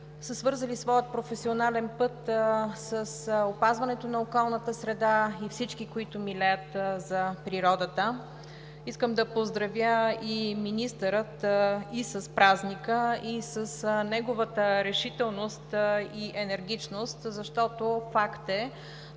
са свързали своя професионален път с опазването на околната среда и всички, които милеят за природата. Искам да поздравя и министъра и с празника, и с неговата решителност и енергичност, защото факт е